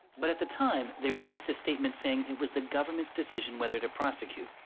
but at the time they released a statement saying it was the goverment's decision weather to prosecute,